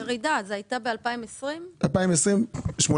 לא